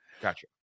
Gotcha